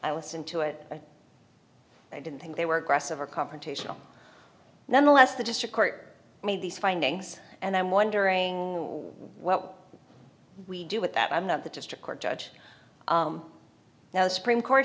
i listened to it i didn't think they were aggressive or confrontational nonetheless the district court made these findings and i'm wondering well we do with that i'm not the district court judge now supreme court